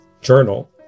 journal